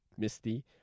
Misty